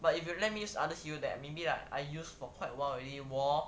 but if you let me use other hero that maybe like I used for quite awhile already hor